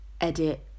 edit